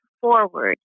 forward